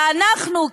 ואנחנו,